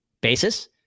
basis